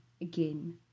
again